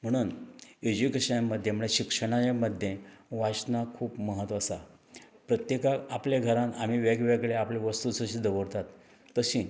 म्हुणून एज्युकेशन मध्ये म्हळ्या शिक्षणा मध्ये वाचनाक खूब महत्व आसा प्रत्येकाक आपले घरान आमी वेग वेगळे आपले वस्तूस अशे दवरतात तशें